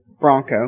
Bronco